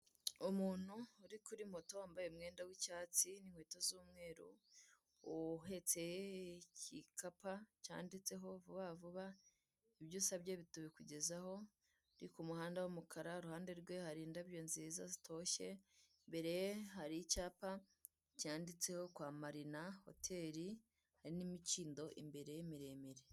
Umuntu uri kuri moto wambaye umwenda w'icyatsi n'inkweto z'umweru uhetse igikapa cyanditseho vuba vuba ibyo usabye tubikugezaho ni ku muhanda w'umukara iruhande rwe hari ndabyo nziza zitoshye, imbere ye hari icyapa cyanditseho kwa Marina hoteri hari n'imikindo imbere miremire.